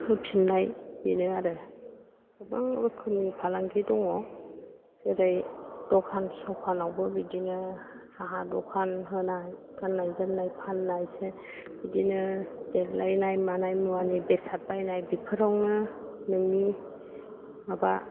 होफिन्नाय बेनो आरो गेबां रोखोमनि फालांगि दङ जेरै द'खान स'खानावबो बिदिनो साहा द'खान होनाय गाननाय जोमनाय फाननाय बिदिनो देलायनाय मानाय मुवानि बेसाद बायनाय बेफोरावनो नोंनि माबा